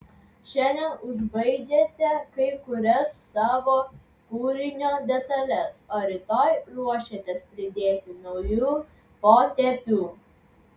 šiandien užbaigėte kai kurias savo kūrinio detales o rytoj ruošiatės pridėti naujų potėpių